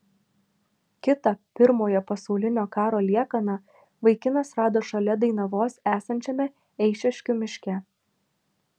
kitą pirmojo pasaulinio karo liekaną vaikinas rado šalia dainavos esančiame eišiškių miške